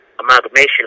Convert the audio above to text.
Amalgamation